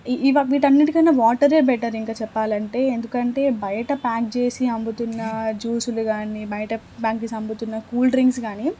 వీటి అన్నిటికన్నా వాటరే బెట్టర్ ఇంకా చెప్పాలంటే ఎందుకంటే బయట ప్యాక్ చేసి అమ్ముతున్నా జ్యూస్లు కానీ బయట ప్యాక్ జేసి అమ్ముతున్న కూల్ డ్రింక్స్ కానీ